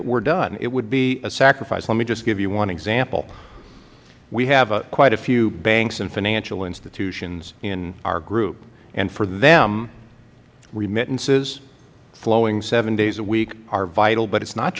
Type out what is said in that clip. it were done it would be a sacrifice let me just give you one example we have quite a few banks and financial institutions in our group and for them remittances flowing seven days a week are vital but it is not